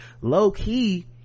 low-key